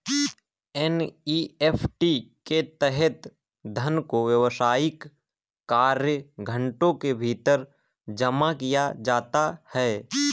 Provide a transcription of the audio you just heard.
NEFT के तहत धन दो व्यावसायिक कार्य घंटों के भीतर जमा किया जाता है